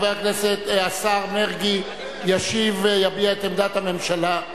השר מרגי ישיב ויביע את עמדת הממשלה.